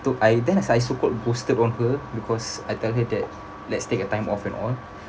to~ I then so called ghosted on her because I tell her that let's take our time off and all